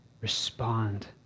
respond